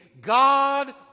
God